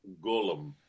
Golem